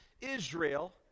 Israel